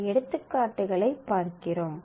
சில எடுத்துக்காட்டுகளைப் பார்க்கிறோம்